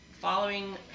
following